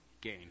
Gain